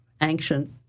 ancient